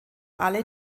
alle